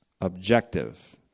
objective